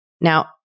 Now